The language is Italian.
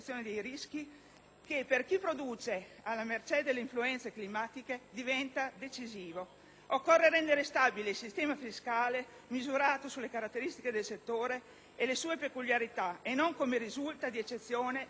che, per chi produce alla mercé delle influenze climatiche, diventa decisivo. Occorre rendere stabile il sistema fiscale, che va misurato sulle caratteristiche del settore e sulle sue peculiarità e non considerato come sistema di risulta